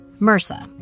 MRSA